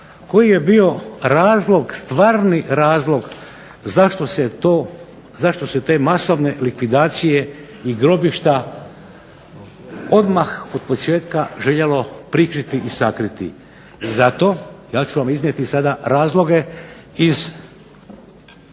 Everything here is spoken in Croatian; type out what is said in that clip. koji je bio razlog, stvarni razlog zašto se te masovne likvidacije i grobišta odmah od početka željelo prikriti i sakriti. Zato, ja ću vam iznijeti sada razloge iz